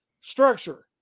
structure